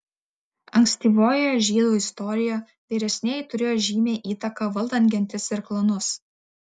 ankstyvojoje žydų istorijoje vyresnieji turėjo žymią įtaką valdant gentis ir klanus